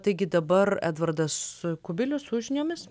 taigi dabar edvardas kubilius su žiniomis